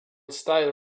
style